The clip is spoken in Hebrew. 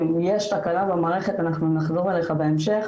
'יש תקלה במערכת אנחנו נחזור אליך בהמשך',